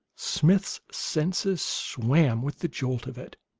smith's senses swam with the jolt of it.